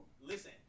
Listen